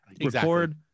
record